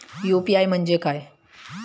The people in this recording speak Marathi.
यु.पी.आय म्हणजे काय?